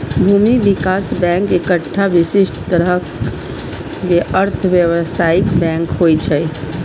भूमि विकास बैंक एकटा विशिष्ट तरहक अर्ध व्यावसायिक बैंक होइ छै